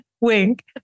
wink